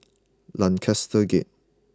Lancaster Gate